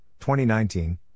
2019